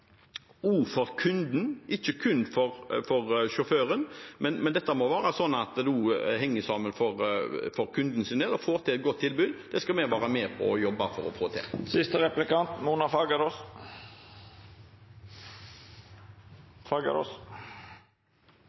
for kunden, ikke kun for sjåføren. Dette må henge sammen for kundens del for å få til et godt tilbud. Det skal vi være med på å jobbe for å få til.